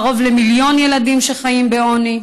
ויש קרוב למיליון ילדים שחיים בעוני.